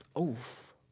Oof